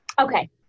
Okay